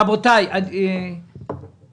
אבל רבותיי --- תענה לשאלה הפשוטה,